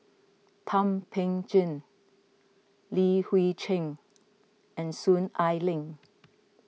Thum Ping Tjin Li Hui Cheng and Soon Ai Ling